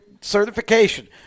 certification